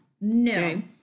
no